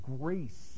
grace